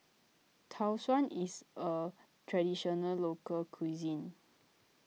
Tau Suan is a Traditional Local Cuisine